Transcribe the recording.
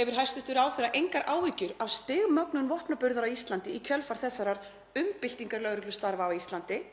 Hefur hæstv. ráðherra engar áhyggjur af stigmögnun vopnaburðar á Íslandi í kjölfar þessarar umbyltingar lögreglustarfa á Íslandi?